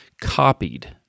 copied